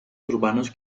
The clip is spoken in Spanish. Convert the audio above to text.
urbanos